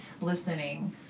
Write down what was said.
listening